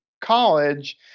college